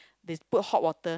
they put hot water